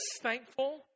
thankful